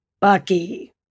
Bucky